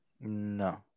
No